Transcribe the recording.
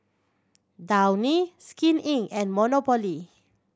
Downy Skin Inc and Monopoly